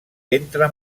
entre